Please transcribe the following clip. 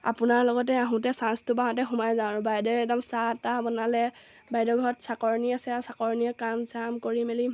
আপোনাৰ লগতে আহোঁতে চাঞ্চটো পাওতে সোমাই যাওঁ আৰু বাইদেৱে একদম চাহ তাহ বনালে বাইদেউ ঘৰত চাকৰণী আছে আৰু চাকৰণীয়ে কাম চাম কৰি মেলি